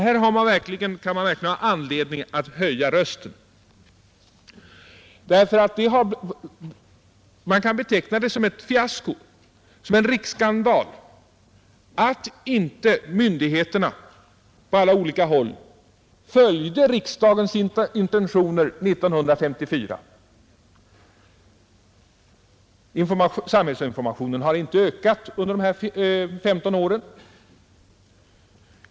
Här kan man verkligen ha anledning att höja rösten. Man kan beteckna det som ett fiasko, som en riksskandal, att inte myndigheterna på alla håll följde riksdagens intentioner 1954. Samhällsinformationen har inte ökat under dessa 15 år.